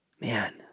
man